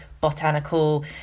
botanical